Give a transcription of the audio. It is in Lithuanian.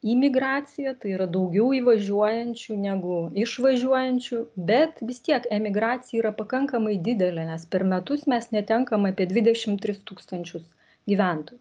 imigraciją tai yra daugiau įvažiuojančių negu išvažiuojančių bet vis tiek emigracija yra pakankamai didelė nes per metus mes netenkam apie dvidešim tris tūkstančius gyventojų